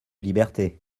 liberté